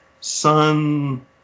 sun